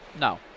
No